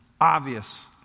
obvious